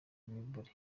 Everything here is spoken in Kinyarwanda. bible